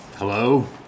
Hello